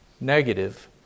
negative